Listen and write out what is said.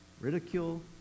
ridicule